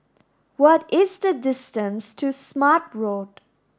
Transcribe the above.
what is the distance to Smart Road